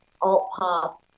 alt-pop